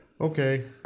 Okay